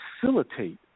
facilitate